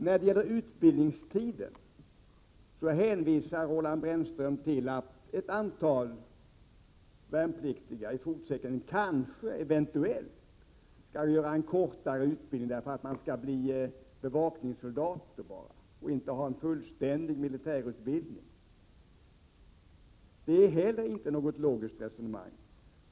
När det gäller utbildningstiden hänvisar Roland Brännström till att ett antal värnpliktiga i fortsättningen eventuellt skall göra en kortare utbildning därför att de bara blir bevakningssoldater och inte får en fullständig militär Prot. 1987/88:104 utbildning. Det är heller inte något logiskt resonemang.